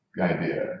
idea